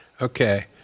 Okay